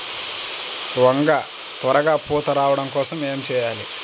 వంగ త్వరగా పూత రావడం కోసం ఏమి చెయ్యాలి?